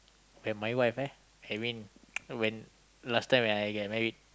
and my wife eh I mean when last time when I get married